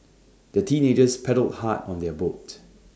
the teenagers paddled hard on their boat